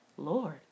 Lord